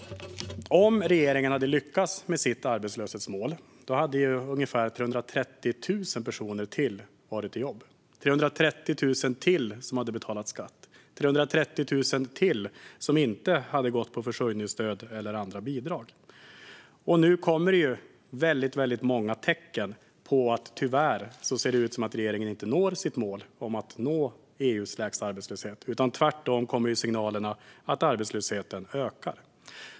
Om regeringen hade lyckats med sitt arbetslöshetsmål skulle ytterligare ungefär 330 000 personer varit i jobb. Det hade varit 330 000 till som hade betalat skatt och 330 000 till som inte hade gått på försörjningsstöd eller andra bidrag. Nu kommer det tyvärr många tecken på att regeringen inte kommer att nå sitt mål om att nå EU:s lägsta arbetslöshet. Tvärtom kommer signalerna att arbetslösheten ökar.